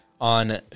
on